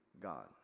God